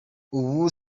ubu